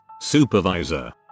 Supervisor